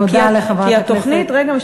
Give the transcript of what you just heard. כי התוכנית, אני מודה לחברת הכנסת.